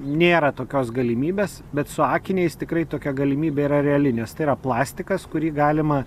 nėra tokios galimybės bet su akiniais tikrai tokia galimybė yra reali nes tai yra plastikas kurį galima